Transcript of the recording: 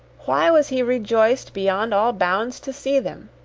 why was he rejoiced beyond all bounds to see them!